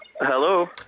Hello